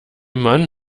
mann